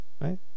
right